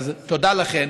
אז תודה לכן.